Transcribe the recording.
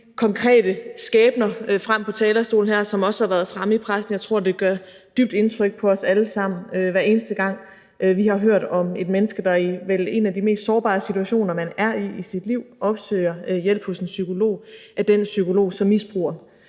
konkrete skæbner op her på talerstolen, som også har været fremme i pressen. Jeg tror, det gør dybt indtryk på os alle sammen, hver eneste gang vi hører om et menneske, der i vel en af de mest sårbare situationer, man er i i sit liv, opsøger hjælp hos en psykolog, og hvor den psykolog så misbruger